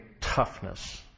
toughness